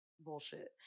bullshit